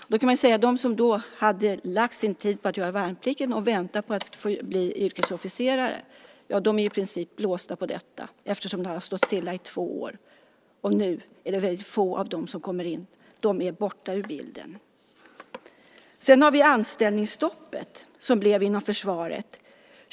Man kan säga att de som lagt tid på att göra värnplikten och väntat på att bli yrkesofficerare i princip är blåsta på detta eftersom det stått stilla i två år. Nu är det väldigt få av dem som kommer in. De är borta ur bilden. Dessutom kom anställningsstoppet inom försvaret.